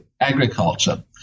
agriculture